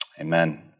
Amen